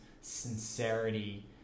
sincerity